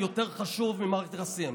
יותר חשוב ממערכת יחסים.